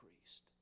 priest